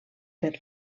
per